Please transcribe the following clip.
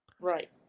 Right